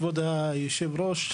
כבוד היושב-ראש,